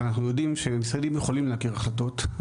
אנחנו יודעים שמשרדים יכולים להכיר את ההחלטות.